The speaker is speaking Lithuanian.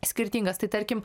skirtingas tai tarkim